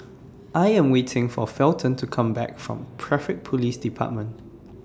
I Am waiting For Felton to Come Back from Traffic Police department